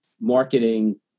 marketing